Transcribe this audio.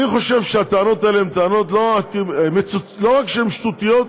אני חושב שהטענות האלה לא רק שהן שטותיות,